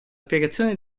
spiegazione